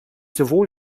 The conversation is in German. sowohl